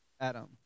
Adam